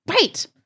Right